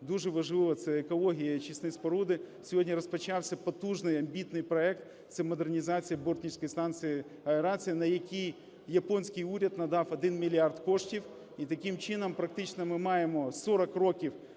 дуже важливо це екологія, очисні споруди, сьогодні розпочався потужний амбітний проект – це модернізація Бортницької станції аерації, - на який японський уряд надав 1 мільярд коштів, і, таким чином, практично ми маємо 40 років